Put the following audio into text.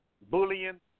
Bullying